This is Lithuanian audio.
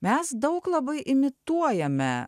mes daug labai imituojame